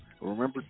Remember